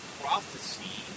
prophecy